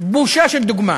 בושה של דוגמה,